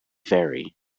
vary